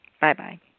Bye-bye